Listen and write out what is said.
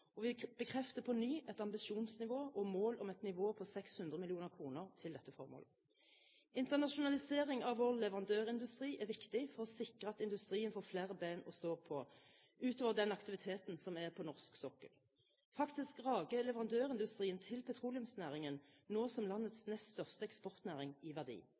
70 mill. kr, og vi bekrefter på nytt et ambisjonsnivå og et mål om et nivå på 600 mill. kr til dette formålet. Internasjonalisering av vår leverandørindustri er viktig for å sikre at industrien får flere ben å stå på utover den aktiviteten som er på norsk sokkel. Faktisk er leverandørindustrien til petroleumsnæringen nå landets nest største eksportnæring når det gjelder verdi.